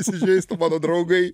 įsižeistų mano draugai